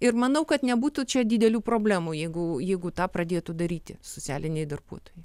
ir manau kad nebūtų čia didelių problemų jeigu jeigu tą pradėtų daryti socialiniai darbuotojai